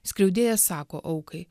skriaudėjas sako aukai